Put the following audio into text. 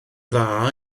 dda